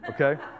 okay